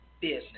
business